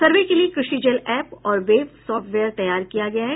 सर्वे के लिए कृषि जल एप और वेब सॉफ्टवेयर तैयार किया गया है